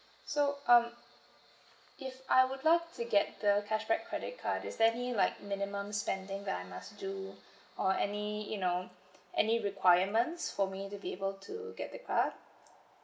so um if I would love to get the cashback credit card is there any like minimum spending that I must do or any you know any requirements for me to be able to get the card